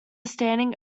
standing